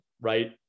right